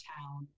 town